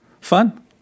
Fun